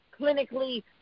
clinically